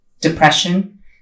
depression